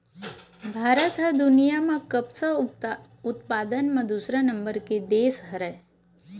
भारत ह दुनिया म कपसा उत्पादन म दूसरा नंबर के देस हरय